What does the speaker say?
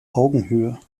augenhöhe